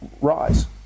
rise